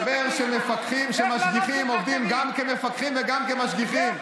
כשהסתבר שמפקחים שמשגיחים עובדים גם כמפקחים וגם כמשגיחים,